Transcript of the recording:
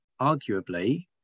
arguably